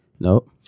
Nope